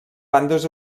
bandes